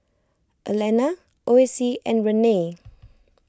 Alanna Ossie and Renae